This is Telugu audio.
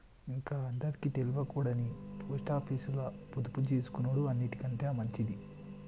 ఇంక అందరికి తెల్వదుగని పోస్టాపీసుల పొదుపుజేసుకునుడు అన్నిటికంటె మంచిది